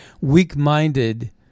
weak-minded